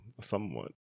Somewhat